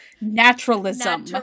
Naturalism